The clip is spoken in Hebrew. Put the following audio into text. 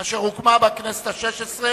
חבר הכנסת נחמן שי וחבר הכנסת כרמל שאמה,